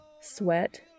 Sweat